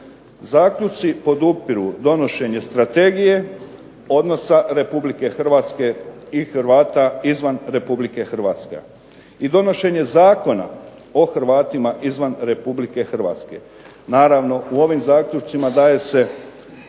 Zaključci podupiru donošenje strategije odnosa Republike Hrvatske i Hrvata izvan Republike Hrvatske. I donošenje Zakona o Hrvatima izvan Republike Hrvatske. Naravno u ovim zaključcima daje se